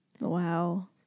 Wow